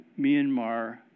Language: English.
Myanmar